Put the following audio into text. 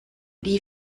die